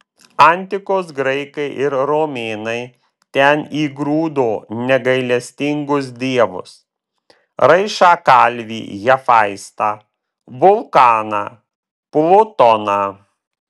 antikos graikai ir romėnai ten įgrūdo negailestingus dievus raišą kalvį hefaistą vulkaną plutoną